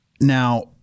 now